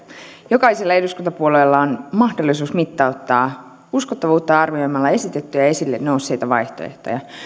jokaisella eduskuntapuolueella on mahdollisuus mittauttaa uskottavuutta arvioimalla esitettyjä ja esille nousseita vaihtoehtoja